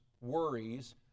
worries